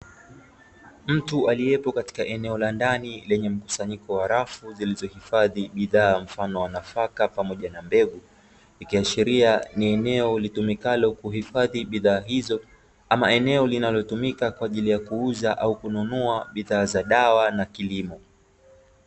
Mtu aliyepo katika eneo la ndani lenye mkusanyiko wa rafu zilizohifadhi bidhaa mfano wa nafaka pamoja na mbegu, ikiashiria ni eneo litumikalo kuhifadhi bidhaa hizo ama eneo linalotumika kwa ajili ya kuuza au kununua bidhaa za dawa na kilimo.